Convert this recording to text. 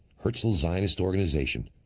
herzl's zionist organization,